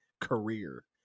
career